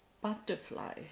butterfly